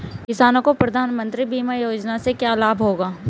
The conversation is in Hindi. किसानों को प्रधानमंत्री बीमा योजना से क्या लाभ होगा?